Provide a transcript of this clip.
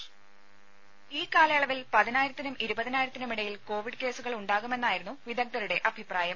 voice രുമ കാലയളവിൽ പതിനായിരത്തിനും ഈ ഇരുപതിനായിരത്തിനുമിടയിൽ കോവിഡ് കേസുകൾ ഉണ്ടാകുമെന്നായിരുന്നു വിദഗ്ധരുടെ അഭിപ്രായം